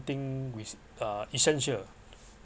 something which uh essential